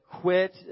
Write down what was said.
quit